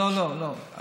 לא, לא, לא.